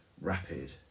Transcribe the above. rapid